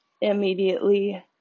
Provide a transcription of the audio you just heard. immediately